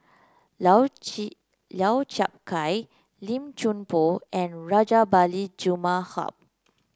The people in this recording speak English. Lau Chiap Khai Lim Chuan Poh and Rajabali Jumabhoy